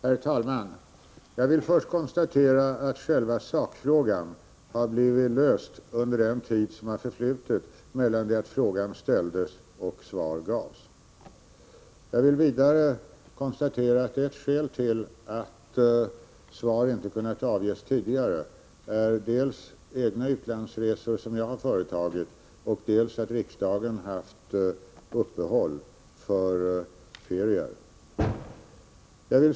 Herr talman! Jag vill först konstatera att själva sakfrågan har blivit löst under den tid som har förflutit mellan det att frågan ställdes och svar gavs. Jag konstaterar vidare att skälen till att svar inte kunnat avges tidigare är dels egna utlandsresor som jag har företagit, dels att riksdagen har haft uppehåll för ferier.